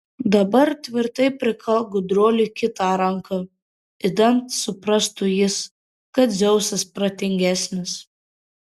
dabar tvirtai prikalk gudruoliui kitą ranką idant suprastų jis kad dzeusas protingesnis